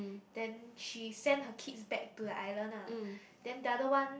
then she send her kids back to the island lah then the other one